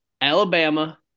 Alabama